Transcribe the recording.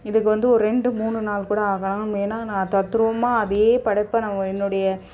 இதுக்கு வந்து ஒரு ரெண்டு மூணு நாள் கூட ஆகலாம் மெயினாக நான் தத்ரூபமாக அதே படைப்பை நம்ம என்னுடைய